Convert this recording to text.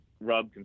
rub